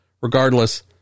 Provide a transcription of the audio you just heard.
Regardless